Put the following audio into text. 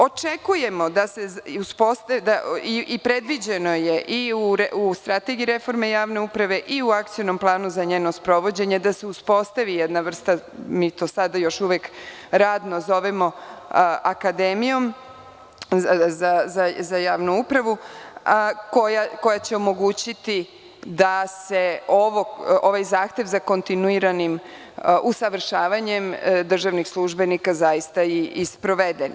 Očekujemo i predviđeno je i u Strategiji reforme javne uprave i u Akcionom planu za njeno sprovođenje da se uspostavi jedna vrsta, mi to sada još uvek radno zovemo akademijom za javnu upravu, koja će omogućiti da se ovaj zahtev za kontinuiranim usavršavanjem državnih službenika zaista i sprovede.